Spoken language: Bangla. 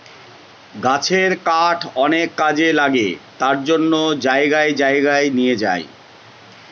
গাছের কাঠ অনেক কাজে লাগে তার জন্য জায়গায় জায়গায় নিয়ে যায়